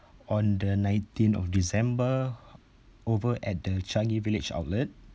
on the nineteenth of december over at the Changi village outlet